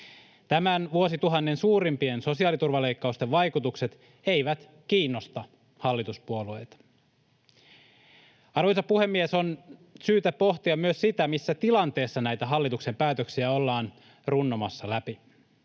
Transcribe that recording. Tämän vuosituhannen suurimpien sosiaaliturvaleikkausten vaikutukset eivät kiinnosta hallituspuolueita. Arvoisa puhemies! On syytä pohtia myös sitä, missä tilanteessa näitä hallituksen päätöksiä ollaan runnomassa läpi: